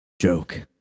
joke